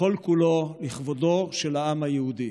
וכל-כולו לכבודו של העם היהודי.